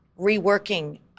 reworking